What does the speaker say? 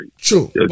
True